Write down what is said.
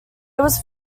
was